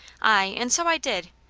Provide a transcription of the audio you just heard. aye, and so i did.